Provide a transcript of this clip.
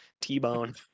T-Bone